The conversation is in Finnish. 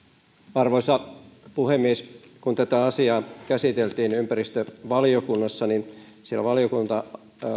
arvoisa puhemies kun tätä asiaa käsiteltiin ympäristövaliokunnassa niin siellä valiokunta